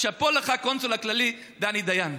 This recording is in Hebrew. שאפו לך, הקונסול הכללי דני דיין.